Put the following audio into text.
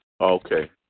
Okay